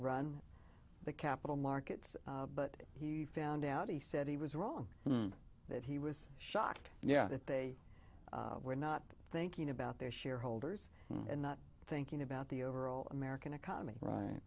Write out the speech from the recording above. run the capital markets but he found out he said he was wrong that he was shocked yeah that they were not thinking about their shareholders and not thinking about the overall american economy right